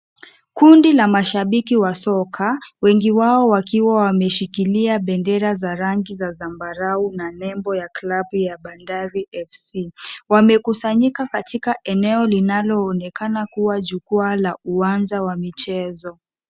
Kundi la mashabiki wa soka, wengi wao wakiwa wameshikilia bendera za rangi za zambarau na nembo ya kilabu ya Bandari FC, wamekusanyika katika eneo linaloonekana kuwa jukwaa la uwanja wa michezo.